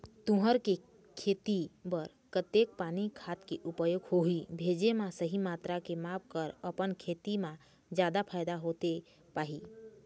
तुंहर के खेती बर कतेक पानी खाद के उपयोग होही भेजे मा सही मात्रा के माप कर अपन खेती मा जादा फायदा होथे पाही?